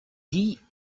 dit